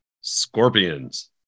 Scorpions